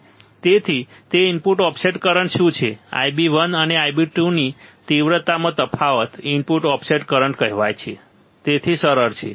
તેથી તે input offset current શું છે Ib1 અને Ib2 ની તીવ્રતામાં તફાવત ઇનપુટ ઓફસેટ કરંટ કહેવાય છે તેથી સરળ છે